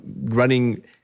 running